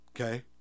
okay